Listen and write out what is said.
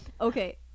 Okay